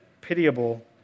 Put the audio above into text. pitiable